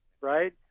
right